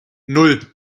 nan